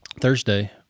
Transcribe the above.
Thursday